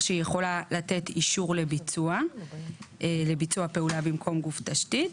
שהיא יכולה לתת אישור לביצוע פעולה במקום גוף תשתית